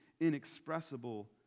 inexpressible